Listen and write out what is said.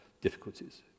difficulties